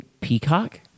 Peacock